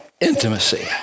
Intimacy